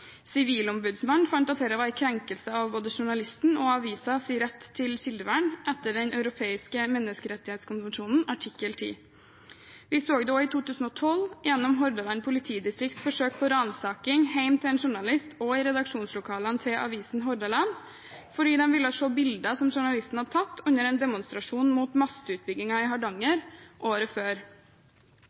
Sivilombudsmannen fant at dette var en krenkelse av både journalistens og avisens rett til kildevern etter Den europeiske menneskerettighetskonvensjon artikkel 10. Vi så det også i 2012, ved Hordaland politidistrikts forsøk på ransaking hjemme hos en journalist og i redaksjonslokalene til avisen Hordaland, fordi politiet ville se bilder som journalistene hadde tatt under en demonstrasjon mot mastutbyggingen i Hardanger året før.